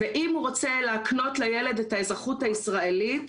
ואם הוא רוצה להקנות לילד את האזרחות הישראלית,